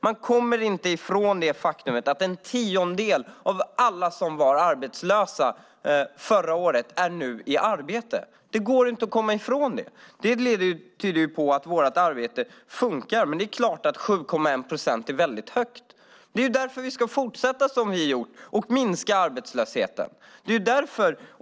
Man kommer inte ifrån det faktum att en tiondel av alla som var arbetslösa förra året nu är i arbete. Det går inte att komma ifrån det. Det tyder på att vår politik fungerar. Men 7,1 procent är mycket. Det är därför som vi ska fortsätta som vi gjort för att minska arbetslösheten.